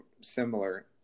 similar